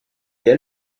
dès